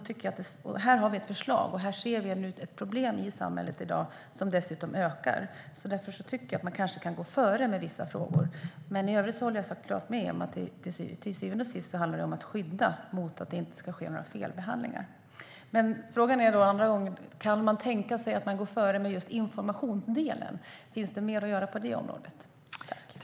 Här har vi nu ett förslag, och vi ser ett problem i samhället i dag - ett problem som dessutom ökar. Därför tycker jag att man kanske kan gå före med vissa frågor. I övrigt håller jag såklart med om att det till syvende och sist handlar om att skydda så att det inte ska ske felbehandlingar. Men frågan är alltså om man kan tänka sig att gå före med just informationsdelen. Finns det mer att göra på det området?